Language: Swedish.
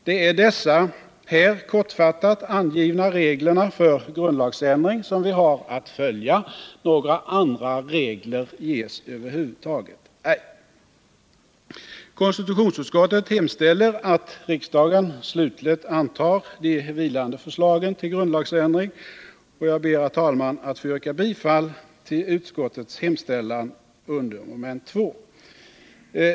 Det är dessa här kortfattat angivna regler för grundlagsändring som vi har att följa. Några andra regler ges över huvud taget ej. Konstitutionsutskottet hemställer att riksdagen slutligt antar de vilande förslagen till grundlagsändring, och jag ber, herr talman, att få yrka bifall till utskottets hemställan under mom. 2.